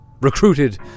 recruited